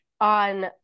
on